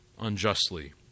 unjustly